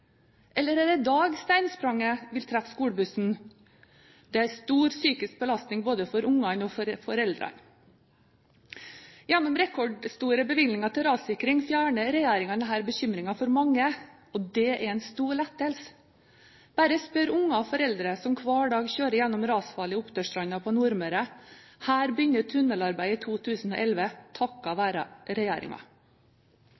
Eller er det i dag steinspranget vil treffe skolebussen? Det er en stor psykisk belastning både for ungene og for foreldrene. Gjennom rekordstore bevilgninger til rassikring fjerner regjeringen denne bekymringen for mange, og det er en stor lettelse. Bare spør unger og foreldre som hver dag kjører gjennom rasfarlige Oppdølsstranda på Nordmøre. Her begynner tunnelarbeidet i 2011